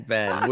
Ben